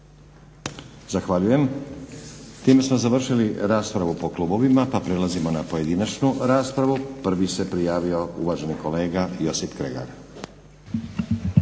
Zahvaljujem. Time smo završili raspravu po klubovima, pa prelazimo na pojedinačnu raspravu. Prvi se prijavio uvaženi kolega Josip Kregar.